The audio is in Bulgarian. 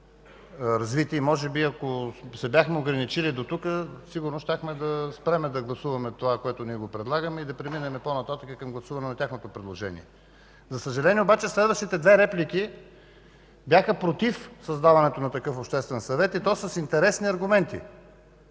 развити. Може би, ако бяхме се ограничили до тук, щяхме да спрем да гласуваме предлаганото от нас и да преминем по-нататък – към гласуване на тяхното предложение. За съжаление обаче следващите две реплики бяха против създаването на такъв обществен съвет, и то с интересни аргументи,